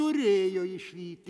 turėjo išvyti